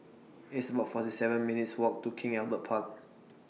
It's about forty seven minutes' Walk to King Albert Park